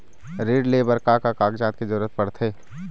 ऋण ले बर का का कागजात के जरूरत पड़थे?